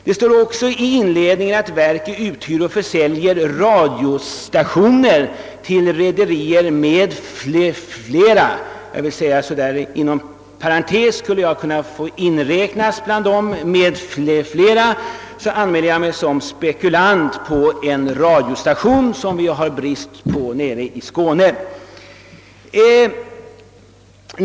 Det står också i inledningen att verket uthyr och försäljer radiostationer till rederier m.fl. Inom parentes skulle jag, om jag får inräknas i »m. fl», vilja anmäla mig som spekulant på en radiostation eftersom vi har brist på sådana i Skåne.